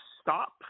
stop